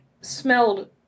smelled